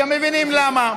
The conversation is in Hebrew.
גם מבינים למה.